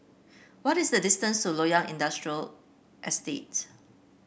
what is the distance to Loyang Industrial Estate